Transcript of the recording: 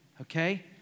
Okay